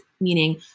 meaning